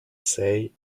say